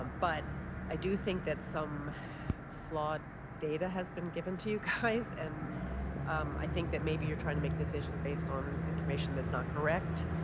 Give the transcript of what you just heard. um but i do think that some flawed data has been given to you guys. and um i think that maybe you're trying to make decisions based on information that's not correct.